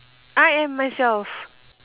I am myself